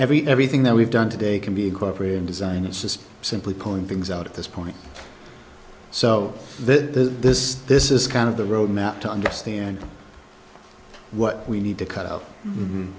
every everything that we've done today can be incorporated in design it's just simply pulling things out at this point so there's this this is kind of the road map to understand what we need to cut out